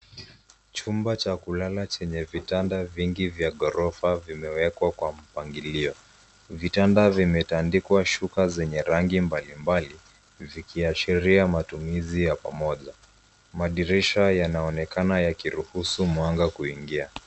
Chumba cha kulala chenye vitanda vingi ,vya ghorofa vimewekwa kwa mpangilio .Vitanda vimetandikwa shuka zenye rangi mbali mbali, vikiashiria matumizi ya pamoja. Madirisha yanaonekana yakiruhusu mwanga kuingia.